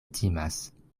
timas